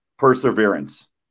perseverance